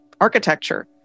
architecture